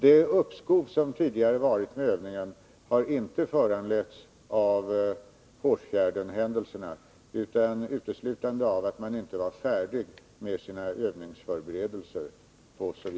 Det uppskov med övningen som tidigare har inträffat föranleddes inte av Hårsfjärdshändelserna utan uteslutande av att man på sovjetiskt håll inte var färdig med övningsförberedelserna.